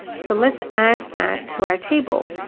so let's add that to our table.